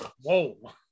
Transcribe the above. whoa